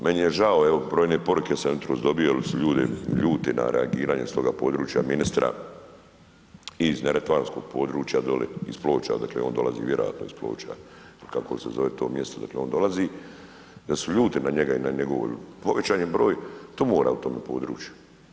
Meni je žao, evo brojne poruke sam jutros dobio jer su ljudi ljuti na reagiranje iz toga područja ministra i iz neretvanskog područja dolje, iz Ploče odakle on dolazi, vjerojatno iz Ploča, kako se zove to mjesto odakle on dolazi, da su ljuti na njega i na njegovo, povećan je broj tumora u tome području.